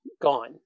gone